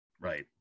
right